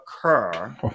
occur